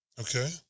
Okay